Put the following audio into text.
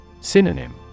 Synonym